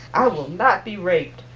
i will not be raped.